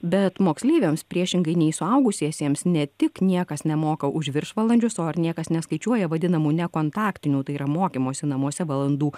bet moksleiviams priešingai nei suaugusiesiems ne tik niekas nemoka už viršvalandžius o ar niekas neskaičiuoja vadinamų nekontaktinių tai yra mokymosi namuose valandų